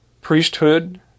priesthood